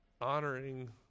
honoring